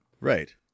Right